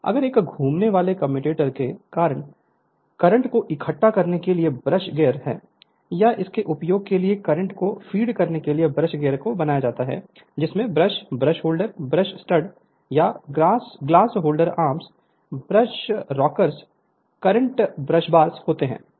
Refer Slide Time 2208 अगला एक घूमने वाले कम्यूटेटर से करंट को इकट्ठा करने के लिए ब्रश गियर है या इसके उपयोग के लिए करंट को फीड करने के लिए ब्रश गियर का बना होता है जिसमें brush brush holder brush stud या glass holder arms brush rocker current collection brush bar होते हैं